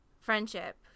friendship